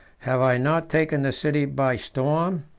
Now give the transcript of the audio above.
have i not taken the city by storm?